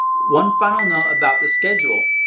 one final note about the schedule.